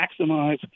maximize